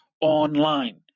online